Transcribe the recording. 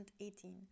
2018